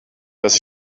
dass